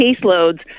caseloads